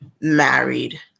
married